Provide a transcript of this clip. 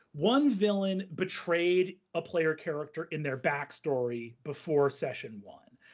one villain betrayed a player character in their backstory before session one.